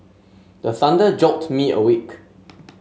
the thunder jolt me awake